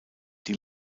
die